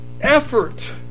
effort